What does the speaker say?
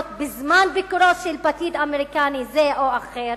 בזמן ביקורו של פקיד אמריקני זה או אחר,